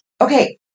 okay